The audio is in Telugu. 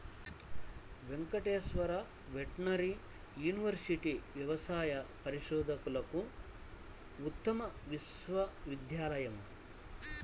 శ్రీ వెంకటేశ్వర వెటర్నరీ యూనివర్సిటీ వ్యవసాయ పరిశోధనలకు ఉత్తమ విశ్వవిద్యాలయం